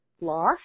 loss